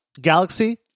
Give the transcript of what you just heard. galaxy